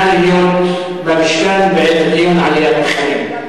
נא להיות במשכן בעת הדיון על עליית המחירים.